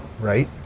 right